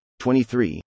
23